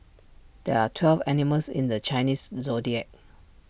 there are twelve animals in the Chinese Zodiac